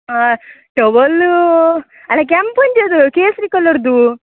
ಹಾಂ ಟವಲ್ಲೂ ಅಲ ಕೆಂಪು ಪಂಚೆ ಅದೂ ಕೇಸರಿ ಕಲರ್ದು